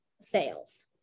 sales